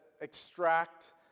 extract